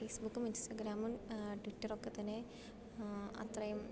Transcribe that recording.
ഫേസ്ബുക്കും ഇൻസ്റ്റഗ്രാമും ട്വിറ്ററൊക്കെ തന്നെ അത്രയും